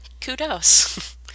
kudos